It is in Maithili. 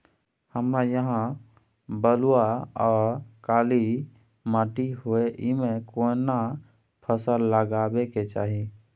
हमरा यहाँ बलूआ आर काला माटी हय ईमे केना फसल लगबै के चाही?